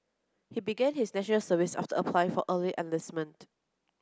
he began his National Service after applying for early enlistment